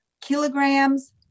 kilograms